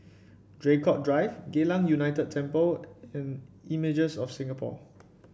Draycott Drive Geylang United Temple and Images of Singapore